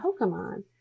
Pokemon